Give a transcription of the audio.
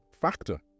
factor